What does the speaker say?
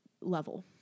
level